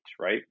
right